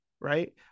right